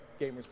gamers